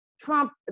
Trump